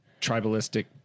tribalistic